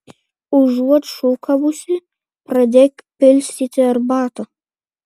užuot šūkavusi pradėk pilstyti arbatą